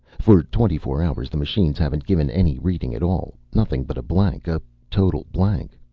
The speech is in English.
for twenty-four hours the machines haven't given any reading at all. nothing but a blank. a total blank.